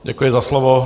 Děkuji za slovo.